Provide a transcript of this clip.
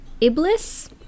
Iblis